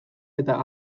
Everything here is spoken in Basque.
eta